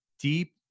deep